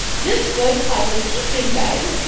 this book has a teacher's guide.